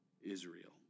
Israel